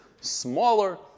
smaller